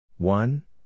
One